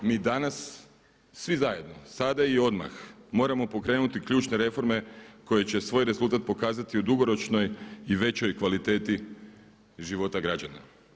Mi danas svi zajedno, sada i odmah, moramo pokrenuti ključne reforme koje će svoj rezultat pokazati u dugoročnoj i većoj kvaliteti života građana.